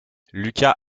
lucas